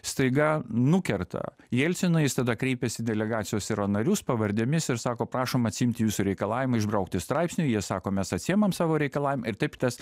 staiga nukerta jelciną jis tada kreipias į delegacijos yra narius pavardėmis ir sako prašom atsiimti jūsų reikalavimą išbraukti straipsnį jie sako mes atsiimam savo reikalavimą ir taip tas